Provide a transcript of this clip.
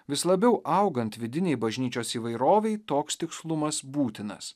vis labiau augant vidinei bažnyčios įvairovei toks tikslumas būtinas